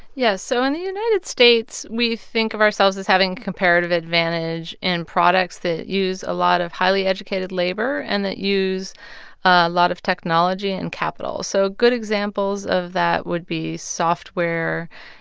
yes. so in the united states, we think of ourselves as having a comparative advantage in products that use a lot of highly educated labor and that use a lot of technology and capital. so good examples of that would be software,